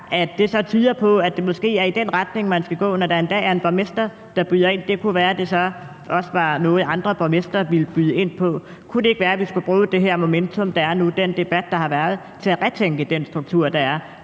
ind, så tyder det på, at det måske er i den retning, man skal gå – når der endda er en borgmester, der byder ind. Det kunne være, at det så også var noget, andre borgmestre ville byde ind på. Kunne det ikke være, at vi skulle bruge det her momentum, der er nu, og den debat, der har været, til at gentænke den struktur, der er,